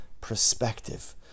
perspective